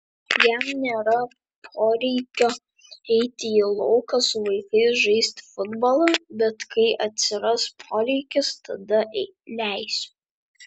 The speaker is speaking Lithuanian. jam nėra poreikio eiti į lauką su vaikais žaisti futbolą bet kai atsiras poreikis tada leisiu